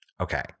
Okay